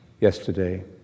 yesterday